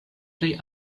plej